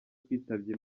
twitabye